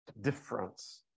difference